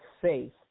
faith